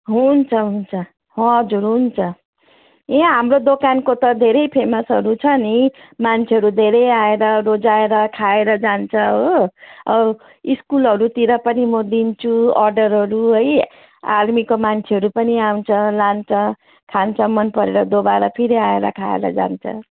हुन्छ हुन्छ हजुर हुन्छ यहाँ हाम्रो दोकानको त धेरै फेमसहरू छ नि मान्छेहरू धेरै आएर रोजाएर खाएर जान्छ हो ़ स्कुलहरूतिर पनि म दिन्छु अर्डरहरू है आर्मीको मान्छेहरू पनि आउँछ लान्छ खान्छ मन परेर दोबारा फेरि आएर खाएर जान्छ